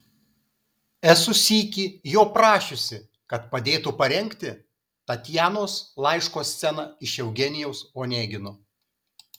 esu sykį jo prašiusi kad padėtų parengti tatjanos laiško sceną iš eugenijaus onegino